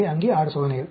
எனவே அங்கே 6 சோதனைகள்